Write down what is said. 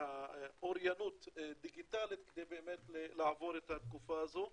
באוריינות דיגיטלית כדי באמת לעבור את התקופה הזו.